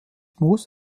muss